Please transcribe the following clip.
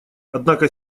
однако